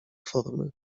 formy